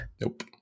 Nope